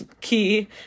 key